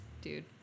dude